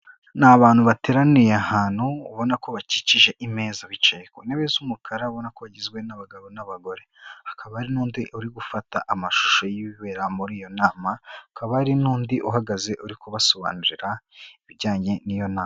Ni abantu bateraniye ahantu ubona ko bakikije imeza, bicaye ku ntebe z'umukara ubona ko igizwe n'abagabo n'abagore, hakaba hari n'undi uri gufata amashusho y'ibibera muri iyo nama, hakaba hari n'undi uhagaze uri kubasobanurira ibijyanye n'iyo nama.